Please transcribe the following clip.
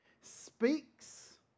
speaks